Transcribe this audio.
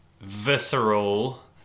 visceral